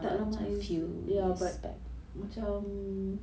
tak lama ya but macam